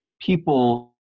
people